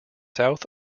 south